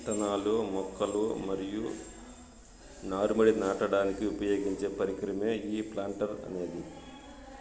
ఇత్తనాలు, మొక్కలు మరియు నారు మడిని నాటడానికి ఉపయోగించే పరికరమే ఈ ప్లాంటర్ అనేది